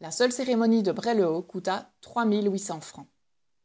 la seule cérémonie de bray le haut coûta trois mille huit cents francs